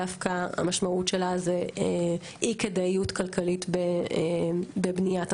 המשמעות שלה היא דווקא אי כדאיות כלכלית בבניית החניון,